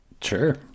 Sure